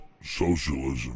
socialism